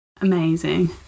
amazing